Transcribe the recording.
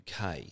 UK